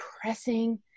pressing